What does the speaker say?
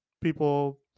people